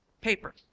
paper